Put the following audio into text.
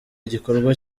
igikorwa